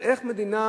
איך מדינה